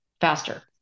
faster